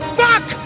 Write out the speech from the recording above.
fuck